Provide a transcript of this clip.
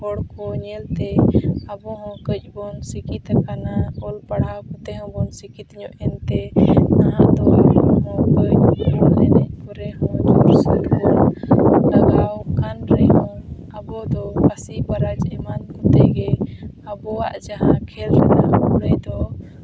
ᱦᱚᱲ ᱠᱚ ᱧᱮᱞ ᱛᱮ ᱟᱵᱚ ᱦᱚᱸ ᱠᱟᱹᱡ ᱵᱚᱱ ᱥᱤᱠᱠᱷᱤᱛ ᱠᱟᱱᱟ ᱚᱞ ᱯᱟᱲᱦᱟᱣ ᱠᱟᱛᱮ ᱦᱚᱸᱵᱚᱱ ᱥᱤᱠᱷᱤᱛ ᱧᱚᱜ ᱮᱱᱛᱮ ᱱᱟᱦᱟᱜ ᱫᱚ ᱟᱵᱚ ᱦᱚᱸ ᱵᱚᱞ ᱮᱱᱮᱡ ᱠᱚᱨᱮ ᱦᱚᱸ ᱞᱟᱴᱩ ᱥᱟᱹᱴ ᱵᱚ ᱞᱟᱜᱟᱣ ᱠᱟᱱ ᱨᱮᱦᱚᱸ ᱟᱵᱚ ᱫᱚ ᱠᱷᱟᱥᱤ ᱯᱟᱨᱟᱡᱽ ᱮᱢᱟᱱ ᱠᱚᱛᱮᱜᱮ ᱟᱵᱚᱣᱟᱜ ᱡᱟᱦᱟᱸ ᱠᱷᱮᱞ ᱨᱮᱱᱟᱜ ᱠᱩᱲᱟᱹᱭ ᱫᱚ